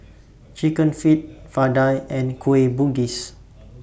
Chicken Feet Vadai and Kueh Bugis